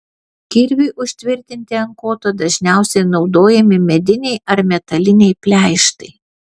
kirviui užtvirtinti ant koto dažniausiai naudojami mediniai ar metaliniai pleištai